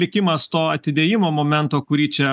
likimas to atidėjimo momento kurį čia